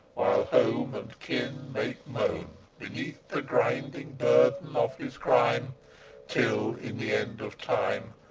home and kin make moan beneath the grinding burden of his crime till, in the end of time,